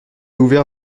ouvert